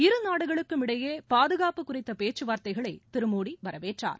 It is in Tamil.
இரு நாடுகளுக்கும் இடையே பாதுகாப்பு குறித்த பேச்சுவார்தைகளை திரு மோடி வரவேற்றார்